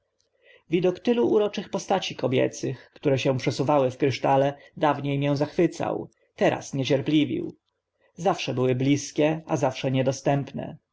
widok tylu uroczych postaci kobiecych które uroda się przesuwały w krysztale dawnie mię zachwycał teraz niecierpliwił zawsze były bliskie a zawsze